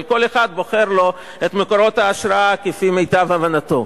אבל כל אחד בוחר לו את מקורות ההשראה כמיטב הבנתו.